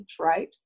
right